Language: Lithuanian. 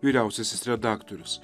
vyriausiasis redaktorius